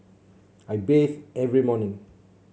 I bathe every morning